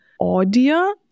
audio